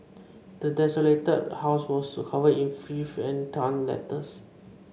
the desolated house was covered in filth and torn letters